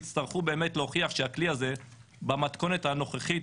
יצטרכו להוכיח שהכלי הזה במתכונת הנוכחית,